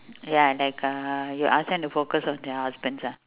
ya like uh you ask them to focus on your husband ah